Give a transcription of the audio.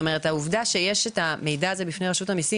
העובדה שיש את המידע הזה בפני רשות המיסים